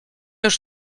już